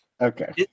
Okay